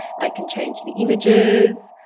i can change the images.